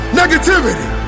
negativity